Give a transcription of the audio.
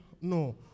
no